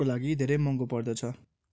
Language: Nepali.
को लागि धेरै महँगो पर्दछ